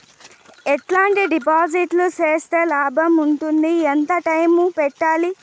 ఎట్లాంటి డిపాజిట్లు సేస్తే లాభం ఉంటుంది? ఎంత టైము పెట్టాలి?